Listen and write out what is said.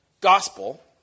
gospel